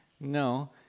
No